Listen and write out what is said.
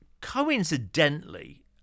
coincidentally